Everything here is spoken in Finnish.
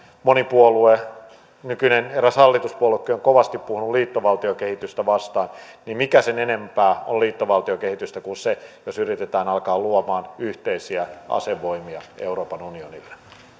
moni puolue eräs nykyinen hallituspuoluekin on kovasti puhunut liittovaltiokehitystä vastaan niin mikä sen enempää on liittovaltiokehitystä kuin se jos yritetään alkaa luomaan yhteisiä asevoimia euroopan unionille